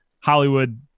Hollywood